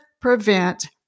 prevent